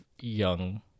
young